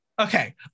Okay